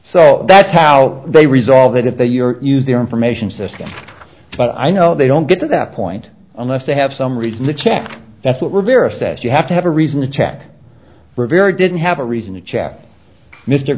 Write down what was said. so that's how they resolve it if they your use their information system but i know they don't get to that point unless they have some reason to check that's what rivera says you have to have a reason to check for very didn't have a reason to ch